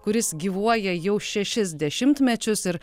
kuris gyvuoja jau šešis dešimtmečius ir